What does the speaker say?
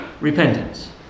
repentance